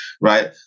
right